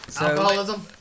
Alcoholism